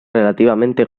relativamente